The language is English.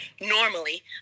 normally